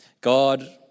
God